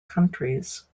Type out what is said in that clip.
countries